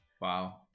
wow